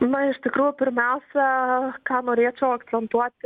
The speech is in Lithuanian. na iš tikrųjų pirmiausia ką norėčiau akcentuoti